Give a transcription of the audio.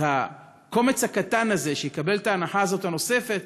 אז הקומץ הקטן הזה שיקבל את ההנחה הזאת הנוספת,